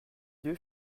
deux